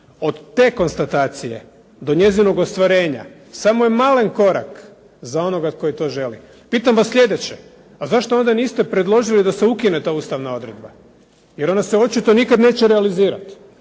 Od te konstatacije, do njezinog ostvarenja samo je malen korak za onoga koji to želi. Pitam vas slijedeće, a zašto onda niste predložili da se ukine ta ustavna odredba, jer ona se očito nikad neće realizirati.